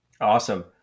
Awesome